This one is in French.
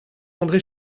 andré